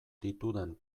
ditudan